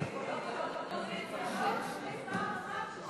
סעיף 36, משרד הכלכלה, לשנת התקציב 2016,